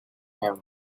him